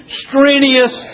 strenuous